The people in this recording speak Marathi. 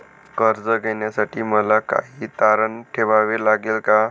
कर्ज घेण्यासाठी मला काही तारण ठेवावे लागेल का?